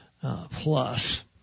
plus